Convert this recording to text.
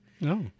No